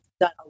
done